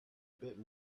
bit